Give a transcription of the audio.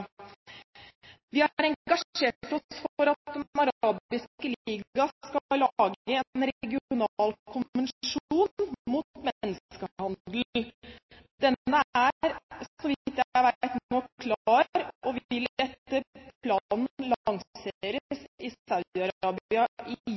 Vi har engasjert oss for at Den arabiske liga skal lage en regional konvensjon mot menneskehandel. Denne er, så vidt jeg vet, nå klar og vil etter planen